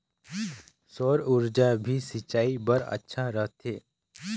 सौर ऊर्जा भी सिंचाई बर अच्छा रहथे?